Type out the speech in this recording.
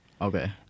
Okay